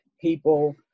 people